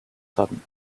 sudden